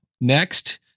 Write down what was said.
next